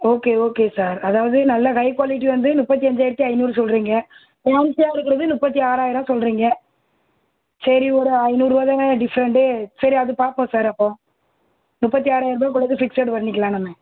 okay okay sir அதாவது நல்ல high quality வந்து முப்பத்தி அஞ்சாயிரத்தி ஐந்நூறு சொல்கிறீங்க ஃபேன்ஸியாக இருக்கிறது முப்பத்தி ஆறாயிரம் சொல்கிறிங்க சரி ஒரு ஐந்நூறுபா தானே டிஃப்ரெண்டு சரி அது பார்ப்போம் சார் அப்போது முப்பத்தி ஆறாயருபாக்குள்ளது ஃபிக்ஸட் பண்ணிக்கலாம் நம்ம